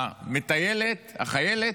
המטיילת, החיילת.